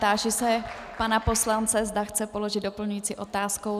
Táži se pana poslance, zda chce položit doplňující otázku.